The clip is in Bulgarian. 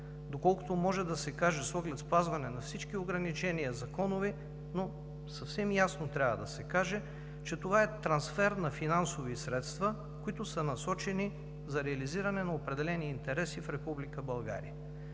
доколкото може да се каже с оглед спазване на всички законови ограничения, но съвсем ясно трябва да се каже, че това е трансфер на финансови средства, които са насочени за реализиране на определени интереси в